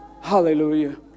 Hallelujah